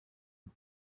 het